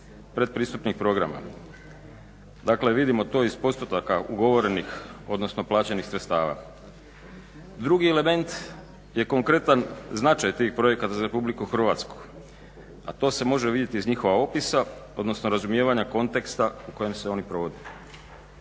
pretpristupnih programa. Dakle vidimo to iz postotaka ugovorenih odnosno plaćenih sredstava. Drugi element je konkretan značaj tih projekata za Republiku Hrvatsku, a to se može vidjeti iz njihova opisa odnosno razumijevanja konteksta u kojem se oni provode.